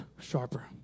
sharper